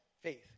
faith